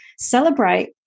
celebrate